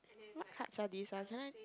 what cards are these ah can I